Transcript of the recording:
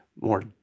more